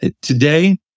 today